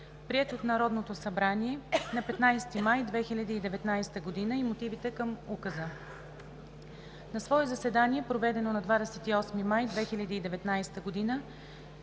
приет от Народното събрание на 15 май 2019 г. и мотивите към Указа На свое заседание, проведено на 28 май 2019 г.,